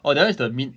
orh that [one] is the mi~